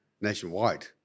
nationwide